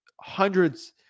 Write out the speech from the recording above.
hundreds